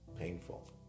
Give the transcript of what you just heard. painful